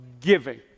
giving